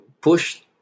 pushed